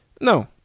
no